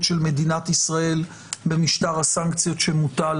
של מדינת ישראל במשטר הסנקציות שמוטל